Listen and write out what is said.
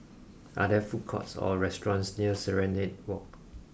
are there food courts or restaurants near Serenade Walk